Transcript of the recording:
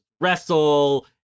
wrestle